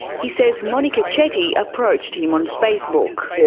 he says monika chetty approached him on facebook.